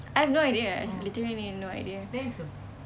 I have no idea I literally have no idea